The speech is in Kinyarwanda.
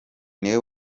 niwe